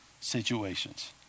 situations